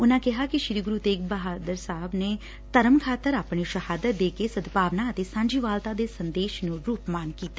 ਉਨੁਂ ਕਿਹਾ ਕਿ ਸ੍ਰੀ ਗੁਰੂ ਤੇਗ ਬਹਾਦਰ ਸਾਹਿਬ ਨੇ ਧਰਮ ਖ਼ਾਤਰ ਆਪਣੀ ਸ਼ਹਾਦਤ ਦੇ ਕੇ ਸਦਭਾਵਨਾ ਅਤੇ ਸਾਝੀਵਾਲਤਾ ਦੇ ਸੰਦੇਸ਼ ਨੂੰ ਰੁਪਮਾਨ ਕੀਤਾ